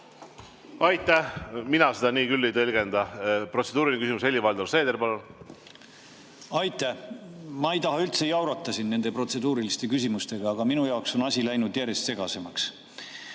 Aitäh! Mina seda küll nii ei tõlgenda. Protseduuriline küsimus, Helir‑Valdor Seeder, palun! Aitäh! Ma ei taha üldse jaurata siin nende protseduuriliste küsimustega, aga minu jaoks on asi läinud järjest segasemaks.